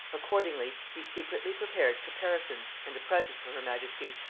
accordingly, he secretly prepared caparisons and a present for her majesty,